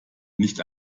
nicht